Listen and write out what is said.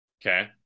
Okay